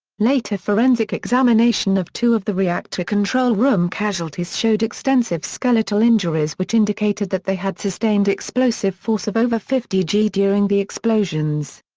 later forensic examination of two of the reactor control room casualties showed extensive skeletal injuries which indicated that they had sustained explosive force of over fifty g during the explosions.